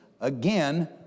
again